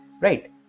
Right